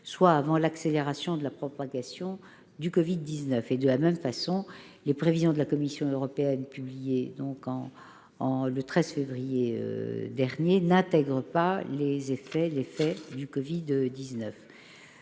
soit avant l'accélération de la propagation du Covid-19. De même, les prévisions de la Commission européenne publiées le 13 février dernier n'intègrent pas l'effet du Covid-19.